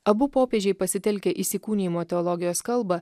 abu popiežiai pasitelkia įsikūnijimo teologijos kalbą